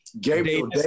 Gabriel